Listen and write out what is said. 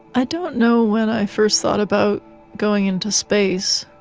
i don't know when i first thought about going into space.